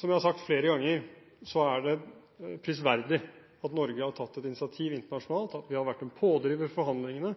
Som jeg har sagt flere ganger, er det prisverdig at Norge har tatt et initiativ internasjonalt, at vi har